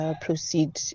Proceed